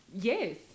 yes